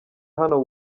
hano